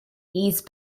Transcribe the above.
east